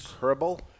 Herbal